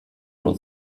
nur